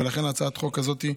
ולכן הצעת החוק הזאת.